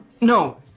No